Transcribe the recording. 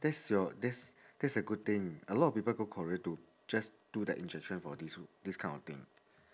that's your that's that's a good thing a lot of people go korea to just do the injection for this this kind of thing